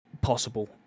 possible